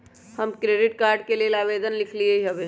हम credit card के लेल आवेदन लिखली हबे